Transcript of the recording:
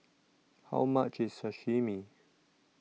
How much IS Sashimi